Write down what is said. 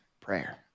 prayer